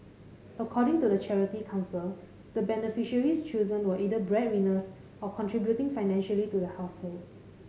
according to the Charity Council the beneficiaries chosen were either bread winners or contributing financially to the household